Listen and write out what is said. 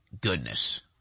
goodness